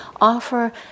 offer